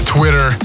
Twitter